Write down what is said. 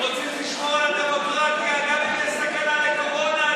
הם רוצים לשמור על הדמוקרטיה גם אם יש סכנה של קורונה,